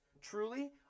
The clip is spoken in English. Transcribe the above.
truly